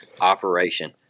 operation